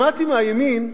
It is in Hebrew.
שמעתי מהימין: